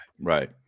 Right